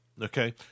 Okay